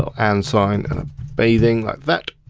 and sign, bathing like that.